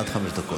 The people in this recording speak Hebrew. עד חמש דקות.